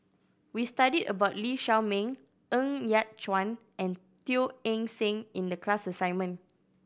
we study about Lee Shao Meng Ng Yat Chuan and Teo Eng Seng in the class assignment